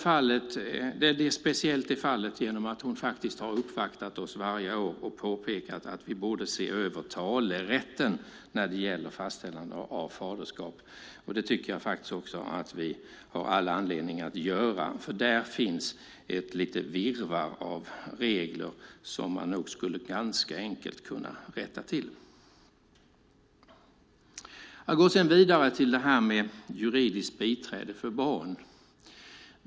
Fallet är speciellt genom att hon har uppvaktat oss varje år och påpekat att vi borde se över talerätten när det gäller fastställande av faderskap. Det tycker jag också att vi har all anledning att göra, för där finns något av ett virrvarr av regler som man nog ganska enkelt skulle kunna rätta till. Jag går vidare till att tala om juridiskt biträde för barn.